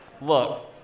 Look